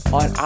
on